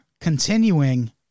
continuing